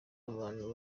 abantu